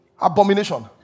Abomination